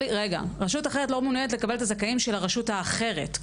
רשות אחרת לא מעוניינת לקבל את הזכאים של הרשות האחרת.